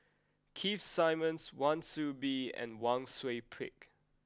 Keith Simmons Wan Soon Bee and Wang Sui Pick